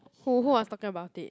who who was talking about it